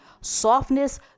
softness